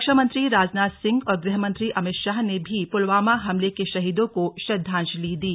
रक्षा मंत्री राजनाथ सिंह और गृह मंत्री अमित शाह ने भी पुलवामा हमले के शहीदों को श्रद्वांजलि दी